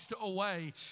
away